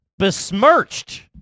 Besmirched